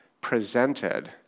presented